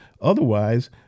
Otherwise